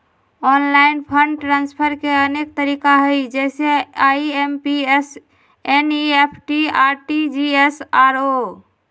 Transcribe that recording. online fund transfer के अनेक तरिका हइ जइसे आइ.एम.पी.एस, एन.ई.एफ.टी, आर.टी.जी.एस आउरो